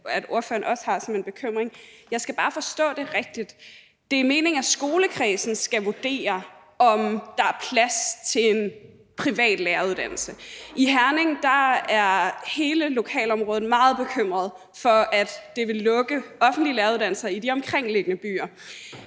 at ordføreren også har som en bekymring. Jeg skal bare forstå det rigtigt. Det er meningen, at skolekredsen skal vurdere, om der er plads til en privat læreruddannelse. I Herning er hele lokalområdet meget bekymret for, at det vil lukke offentlige læreruddannelser i de omkringliggende byer,